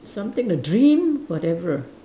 something the dream whatever